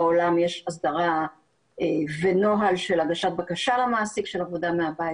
בעולם יש הסדרה ונוהל של הגשת בקשה למעסיק של עבודה מהבית,